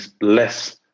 less